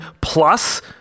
plus